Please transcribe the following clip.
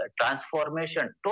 Transformation